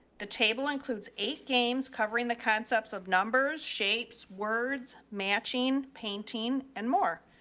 the table includes eight games covering the concepts of numbers, shapes, words matching, painting, and more.